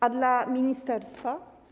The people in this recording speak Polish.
A dla ministerstwa?